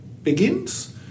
begins